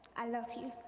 i love you.